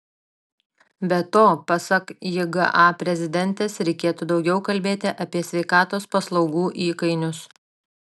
be to pasak jga prezidentės reikėtų daugiau kalbėti apie sveikatos paslaugų įkainius